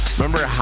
Remember